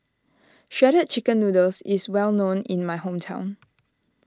Shredded Chicken Noodles is well known in my hometown